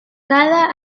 cada